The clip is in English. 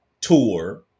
tour